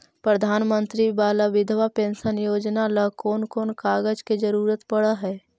प्रधानमंत्री बाला बिधवा पेंसन योजना ल कोन कोन कागज के जरुरत पड़ है?